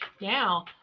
Now